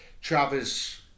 travers